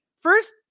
First